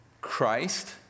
Christ